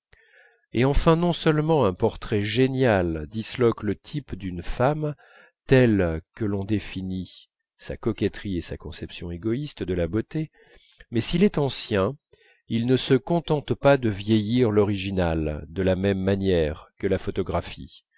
et enfin non seulement un portrait génial disloque le type d'une femme tel que l'ont défini sa coquetterie et sa conception égoïste de la beauté mais s'il est ancien il ne se contente pas de vieillir l'original de la même manière que la photographie